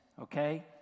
Okay